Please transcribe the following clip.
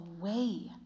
away